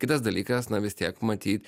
kitas dalykas na vis tiek matyt